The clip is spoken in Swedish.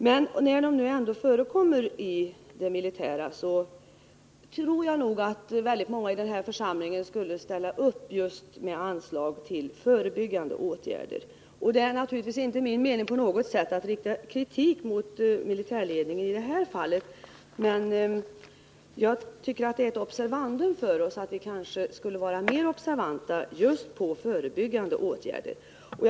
Men när missbruket nu ändå förekommer i det militära tror jag att väldigt många i den här församlingen skulle ställa upp då det gäller anslag till förebyggande åtgärder. Det är naturligtvis inte min mening att rikta kritik mot militärledningen i detta fall, men jag tycker att det är ett observandum för oss att vi just när det gäller förebyggande åtgärder skulle vara mer uppmärksamma.